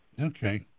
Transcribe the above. Okay